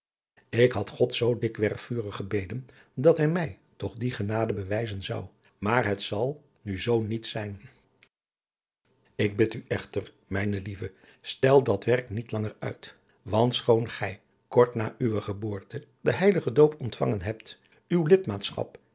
ik had god zoo dikwerf vurig gebeden dat hij mij toch die genade bewijzen zou maar het zal nu zoo niet zijn ik bid u echter mijne lieve stel dat werk niet langer uit want schoon gij kort na uwe geboorte den heiligen doop ontvangen hebt